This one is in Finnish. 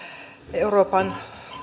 euroopan